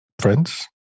friends